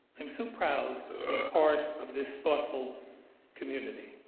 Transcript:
i'm so proud to be part of this thoughtful community.